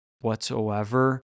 whatsoever